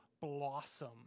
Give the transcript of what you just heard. blossom